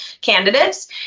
candidates